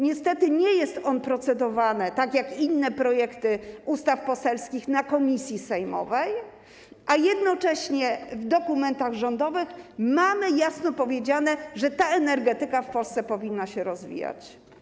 Niestety nie procedujemy nad tym, tak jak nad innymi projektami ustaw poselskich, w komisji sejmowej, a jednocześnie w dokumentach rządowych mamy jasno powiedziane, że ta energetyka w Polsce powinna się rozwijać.